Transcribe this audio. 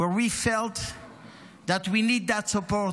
where we felt that we need that support,